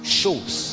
shows